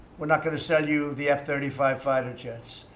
we're not going to sell you the f thirty five fighter jets.